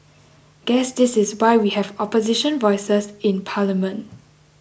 guess this is why we have opposition voices in parliament